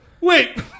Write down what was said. Wait